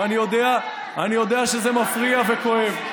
ואני יודע שזה מפריע וכואב.